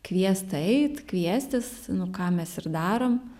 kviest eit kviestis nu ką mes ir darom